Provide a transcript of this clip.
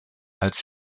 als